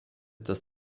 dass